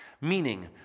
meaning